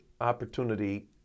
opportunity